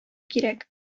кирәк